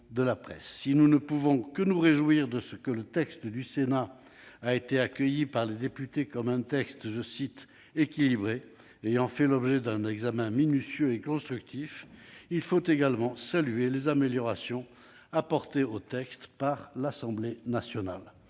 Si nous ne pouvons que nous réjouir de ce que le texte du Sénat a été accueilli par les députés comme un texte « équilibré », ayant fait l'objet d'un « examen minutieux et constructif », il faut également saluer les améliorations apportées par l'Assemblée nationale.